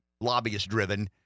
lobbyist-driven